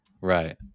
Right